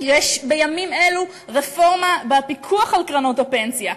בימים אלו יש רפורמה בפיקוח על קרנות הפנסיה,